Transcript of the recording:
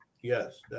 Yes